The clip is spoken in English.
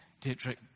Dietrich